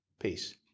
Peace